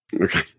Okay